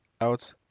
out